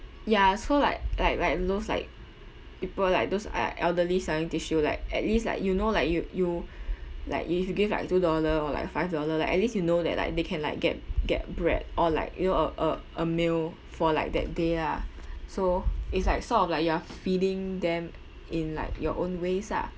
ya so like like like those like people like those like elderly selling tissue like at least like you know like you you like if you give like two dollar or like five dollar like at least you know that like they can like get get bread or like you know a a a meal for like that day ah so it's like sort of like you are f~ feeding them in like your own ways ah